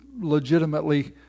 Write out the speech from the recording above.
legitimately